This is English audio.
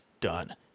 done